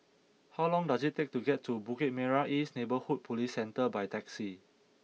how long does it take to get to Bukit Merah East Neighbourhood Police Centre by taxi